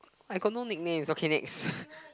I got no nicknames okay next